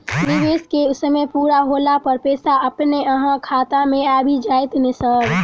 निवेश केँ समय पूरा होला पर पैसा अपने अहाँ खाता मे आबि जाइत नै सर?